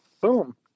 Boom